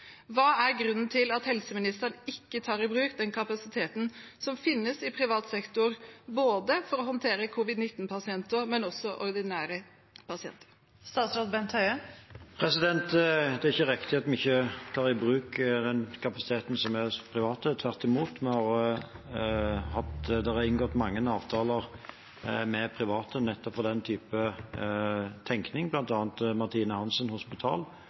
Hva er grunnen til at helseministeren ikke tar i bruk den kapasiteten som finnes i privat sektor, både for å håndtere covid-19-pasienter og for å behandle ordinære pasienter? Det er ikke riktig at vi ikke tar i bruk kapasiteten hos private – tvert imot. Det er inngått mange avtaler med private nettopp ut fra den type tenkning, bl.a. med Martina Hansens Hospital,